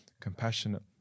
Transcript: compassionate